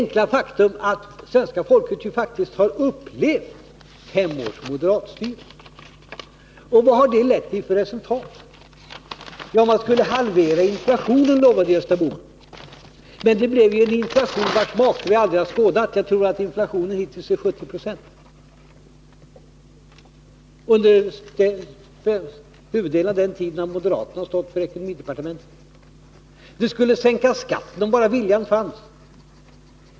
Ett faktum är att svenska folket faktiskt har upplevt fem års moderatstyre, men till vilket resultat har det lett? Man skulle halvera inflationen, lovade Gösta Bohman. Men det blev en inflation vars make vi aldrig tidigare har skådat. Jag tror att inflationen hittills uppgår till 70 2. Under huvuddelen av den tiden har moderaterna stått för ekonomidepartementet. Skatten skulle sänkas, om bara viljan fanns.